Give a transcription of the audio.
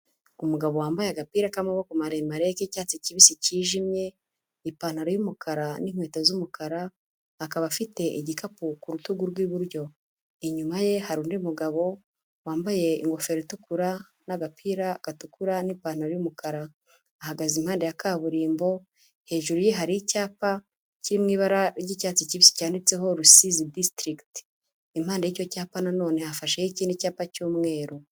Umugabo wambaye agapira k'amaboko maremare k'icyatsi kibisi cyijimye, ipantaro y'umukara n'inkweto z'umukara, akaba afite igikapu ku rutugu rw'iburyo. Inyuma ye hari undi mugabo wambaye ingofero itukura n'agapira gatukura n'ipantaro y'umukara. Ahagaze impande ya kaburimbo, hejuru ye hari icyapa kiri mu ibara ry'icyatsi kibisi cyanditseho Rusizi District. Impande y'icyo cyapa na none hafasheho ikindi cyapa cy'umweru.